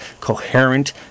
coherent